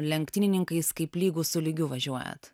lenktynininkais kaip lygūs su lygiu važiuojat